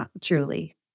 truly